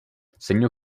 segno